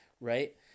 right